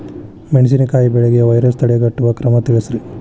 ಮೆಣಸಿನಕಾಯಿ ಬೆಳೆಗೆ ವೈರಸ್ ತಡೆಗಟ್ಟುವ ಕ್ರಮ ತಿಳಸ್ರಿ